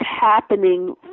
happening